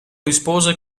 rispose